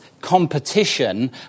competition